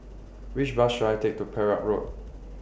Which Bus should I Take to Perak Road